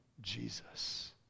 Jesus